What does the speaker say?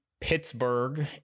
Pittsburgh